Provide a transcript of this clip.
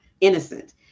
innocent